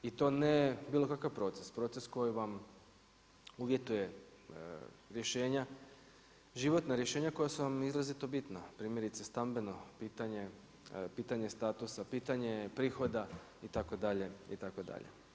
I to ne bilo kakav proces, proces koji vam uvjetuje rješenja, životna rješenja koja su vam izrazito bitna, primjerice stambeno pitanje, pitanje statusa, pitanje prihoda itd., itd.